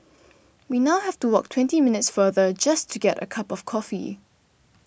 we now have to walk twenty minutes farther just to get a cup of coffee